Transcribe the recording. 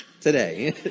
today